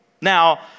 Now